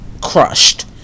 crushed